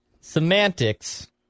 semantics